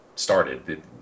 Started